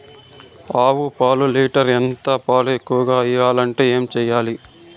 ఆవు పాలు లీటర్ ఎంత? పాలు ఎక్కువగా ఇయ్యాలంటే ఏం చేయాలి?